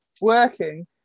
working